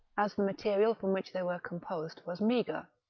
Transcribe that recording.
as the material from which they were composed was meagre.